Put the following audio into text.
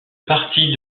parti